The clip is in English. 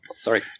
Sorry